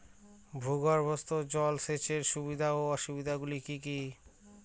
ভূগর্ভস্থ জল সেচের সুবিধা ও অসুবিধা গুলি কি কি?